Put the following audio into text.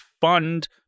fund